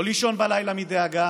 לא לישון בלילה מדאגה